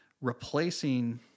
Replacing